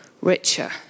richer